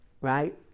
Right